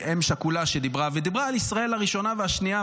אם שכולה שדיברה על ישראל הראשונה והשנייה,